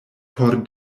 por